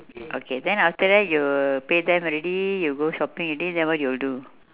okay then after that you will pay them already you go shopping already then what you will do